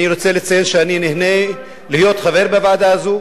ואני רוצה לציין שאני נהנה להיות חבר בוועדה הזאת.